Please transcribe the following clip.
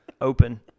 open